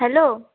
hello